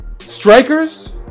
strikers